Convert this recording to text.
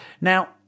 Now